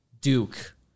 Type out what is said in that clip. Duke